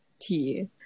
tea